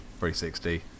360